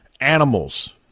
Animals